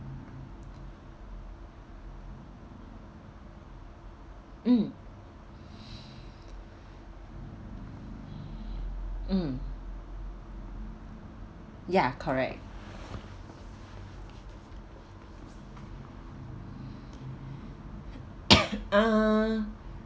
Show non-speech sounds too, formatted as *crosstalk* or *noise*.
mm mm ya correct *coughs* uh